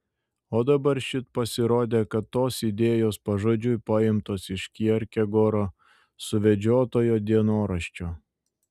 o dabar šit pasirodė kad tos idėjos pažodžiui paimtos iš kjerkegoro suvedžiotojo dienoraščio